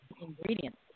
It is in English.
ingredients